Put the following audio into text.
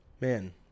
man